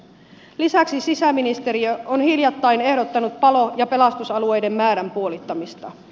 lisäksi sisäministeriö on hiljattain ehdottanut palo ja pelastusalueiden määrän puolittamista